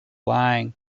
lying